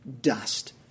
dust